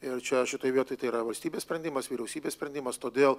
ir čia šitoj vietoj tai yra valstybės sprendimas vyriausybės sprendimas todėl